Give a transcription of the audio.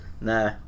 Nah